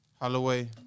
holloway